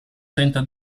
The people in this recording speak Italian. tenta